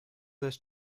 this